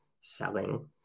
selling